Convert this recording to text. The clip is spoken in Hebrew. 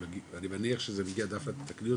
תתקני אותי,